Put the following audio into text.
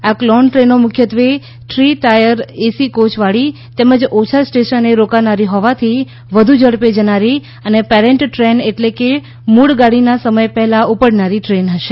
આ કલોન દ્રેનો મુખ્યત્વે થ્રી ટાયર એસી કોયવાળી તેમજ ઓછા સ્ટેશને રોકાનારી હોવાથી વધુ ઝડપે જનારી અને પેરેન્ટ ટ્રેન એટલે કે મૂળ ગાડીના સમય પહેલા ઉપડનારી ટ્રેન હશે